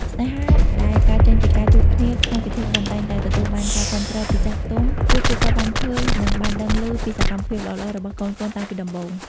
ស្នេហាដែលកើតចេញពីការជួបគ្នាក្នុងពិធីបុណ្យ តែងតែទទួលបានការគាំទ្រពីចាស់ទុំ ព្រោះពួកគាត់បានឃើញ និងបានដឹងឮពីសកម្មភាពល្អៗរបស់កូនៗតាំងពីដំបូង។